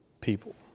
people